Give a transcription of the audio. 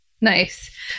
Nice